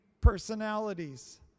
personalities